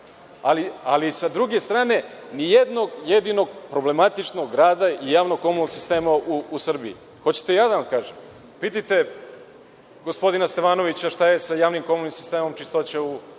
ali sa druge strane, ni jednog jedinog problematičnog rada javnog komunalnog sistema u Srbiji. Hoćete ja da vam kažem? Pitajte gospodina Stevanovića šta je sa javnim komunalnim sistemom čistoće u